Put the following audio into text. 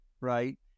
right